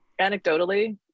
Anecdotally